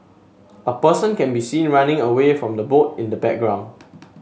a person can be seen running away from the boat in the background